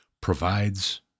provides